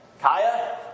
Kaya